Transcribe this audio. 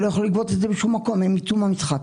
הם לא יוכלו לגבות את זה בשום מקום והם יצאו מהמשחק.